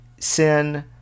sin